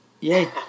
yay